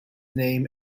name